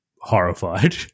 horrified